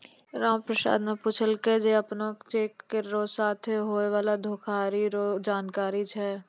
रामप्रसाद न पूछलकै जे अपने के चेक र साथे होय वाला धोखाधरी रो जानकारी छै?